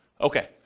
okay